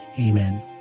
Amen